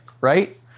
right